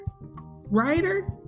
writer